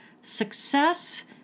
Success